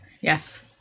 Yes